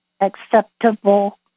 acceptable